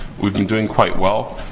we've been doing quite well.